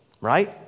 Right